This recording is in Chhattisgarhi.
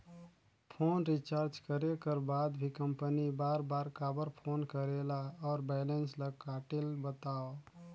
फोन रिचार्ज करे कर बाद भी कंपनी बार बार काबर फोन करेला और बैलेंस ल काटेल बतावव?